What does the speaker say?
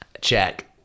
Check